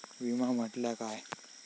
विमा म्हटल्या काय?